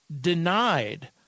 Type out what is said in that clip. denied